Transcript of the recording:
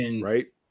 right